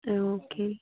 okay